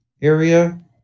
area